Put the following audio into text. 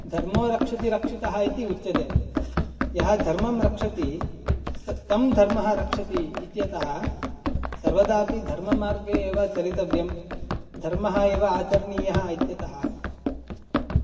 धर्मो रक्षति रक्षितः इति उच्यते यः धर्मं रक्षति स् तं धर्मः रक्षति इत्यतः सर्वदापि धर्ममार्गे एव चलितव्यं धर्मः एव आचरणीयः इत्यतः